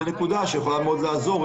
--- זאת נקודה שיכולה מאוד לעזור.